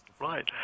Right